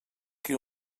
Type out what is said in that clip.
qui